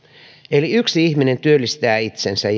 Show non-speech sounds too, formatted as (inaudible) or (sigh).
eli yksi ihminen työllistää itsensä (unintelligible)